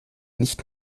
nicht